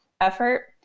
effort